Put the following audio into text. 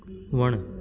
वणु